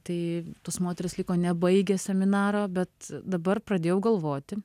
tai tos moterys liko nebaigę seminaro bet dabar pradėjau galvoti